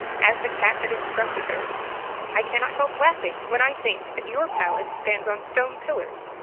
as the cat had instructed her i cannot help laughing when i think that your palace stands on stone pillars,